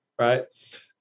Right